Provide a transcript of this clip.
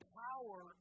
power